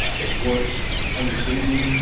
it's worth understanding,